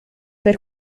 per